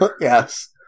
Yes